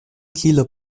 kieler